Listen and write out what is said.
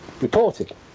reported